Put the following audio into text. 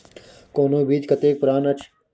कोनो बीज कतेक पुरान अछि?